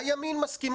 הימין מסכים,